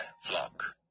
flock